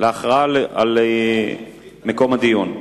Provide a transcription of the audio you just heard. להכרעה על מקום הדיון.